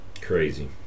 Crazy